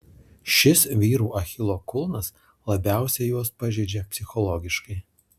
šis vyrų achilo kulnas labiausiai juos pažeidžia psichologiškai